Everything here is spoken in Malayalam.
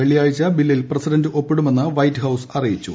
വെള്ളിയാഴ്ച ബില്ലിൽ പ്രസിഡന്റ് ഒപ്പിടുമെന്ന് വൈറ്റ് ഹൌസ് അറിയിച്ചു